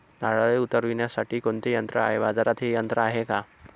नारळे उतरविण्यासाठी कोणते यंत्र आहे? बाजारात हे यंत्र आहे का?